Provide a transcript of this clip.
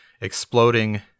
exploding